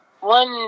one